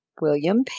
William